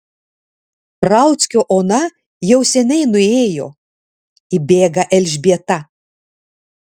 rauckio ona jau seniai nuėjo įbėga elžbieta